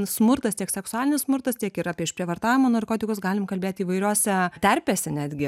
smurtas tiek seksualinis smurtas tiek ir apie išprievartavimo narkotikus galim kalbėt įvairiose terpėse netgi